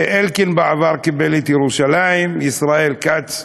אלקין בעבר קיבל את ירושלים, ישראל כץ,